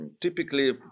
typically